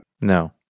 no